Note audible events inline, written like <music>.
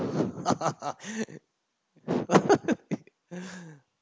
<laughs>